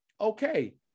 okay